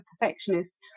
perfectionist